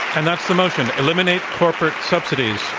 and that's the motion, eliminate corporate subsidies.